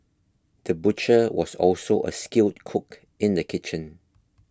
the butcher was also a skilled cook in the kitchen